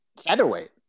featherweight